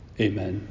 Amen